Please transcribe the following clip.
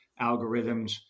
algorithms